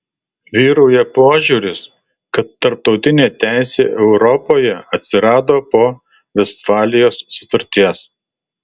vyrauja požiūris kad tarptautinė teisė europoje atsirado po vestfalijos sutarties